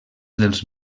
dels